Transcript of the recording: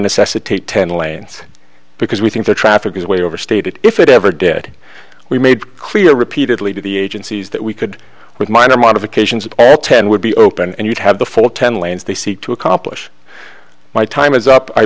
necessitate ten lanes because we think the traffic is way overstated if it ever did we made clear repeatedly to the agencies that we could with minor modifications at all ten would be open and you'd have the full ten lanes they seek to accomplish my time is up i